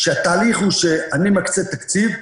כאשר התהליך הוא שאני מקצה תקציב,